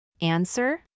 Answer